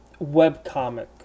webcomic